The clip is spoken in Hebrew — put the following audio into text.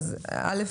אז ראשית,